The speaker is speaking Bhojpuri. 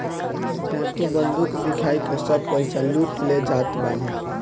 डाकू बंदूक दिखाई के सब पईसा लूट ले जात बाने